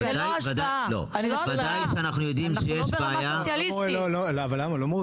זו לא השוואה, אנחנו לא ברמה סוציאליסטית.